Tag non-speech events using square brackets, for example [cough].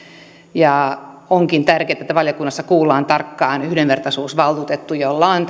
onkin tärkeätä että valiokunnassa kuullaan tarkkaan yhdenvertaisuusvaltuutettua jolla on [unintelligible]